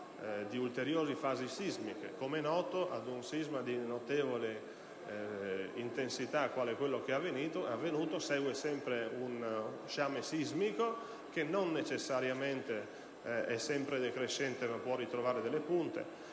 di ulteriori fasi sismiche. Come è noto, ad un sisma di notevole intensità, quale quello avvenuto, segue sempre uno sciame sismico che non necessariamente è decrescente potendo ritrovare delle punte.